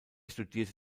studierte